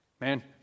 man